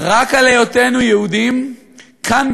רק בשל היותנו יהודים כאן,